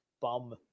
bum